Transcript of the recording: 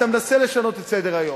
אתה מנסה לשנות את סדר-היום,